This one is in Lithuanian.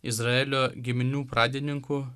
izraelio giminių pradininkų